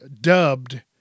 dubbed